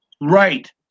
Right